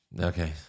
okay